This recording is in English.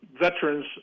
veterans